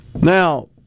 Now